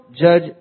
judge